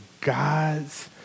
God's